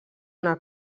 una